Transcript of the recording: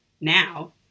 now